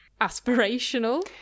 aspirational